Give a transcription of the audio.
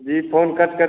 जी phone cut कर